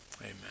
Amen